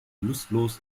lustlos